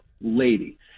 lady